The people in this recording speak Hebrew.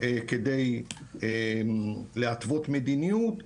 כדי להתוות מדיניות.